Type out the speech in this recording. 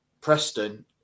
Preston